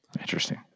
Interesting